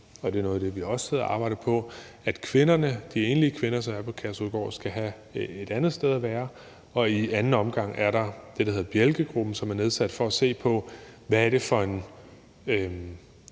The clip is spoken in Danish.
og det er noget af det, vi også sidder og arbejder på – at de enlige kvinder på Kærshovedgård skal have et andet sted at være. I anden omgang er der det, der hedder Bjelkegruppen, som er nedsat for at se på, hvad det er for en